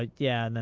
like yeah. and and